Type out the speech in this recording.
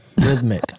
rhythmic